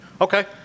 Okay